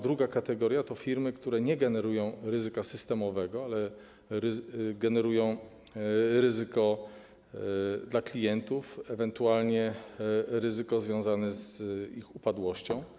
Druga kategoria to firmy, które nie generują ryzyka systemowego, ale generują ryzyko dla klientów - ewentualne ryzyko związane z upadłością.